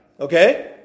okay